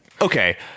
okay